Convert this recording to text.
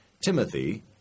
Timothy